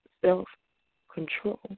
self-control